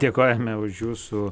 dėkojame už jūsų